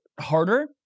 harder